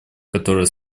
которая